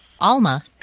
Alma